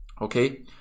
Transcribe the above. Okay